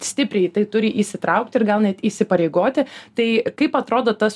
stipriai į tai turi įsitraukti ir gal net įsipareigoti tai kaip atrodo tas